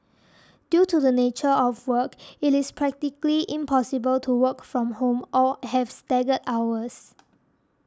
due to the nature of work it is practically impossible to work from home or have staggered hours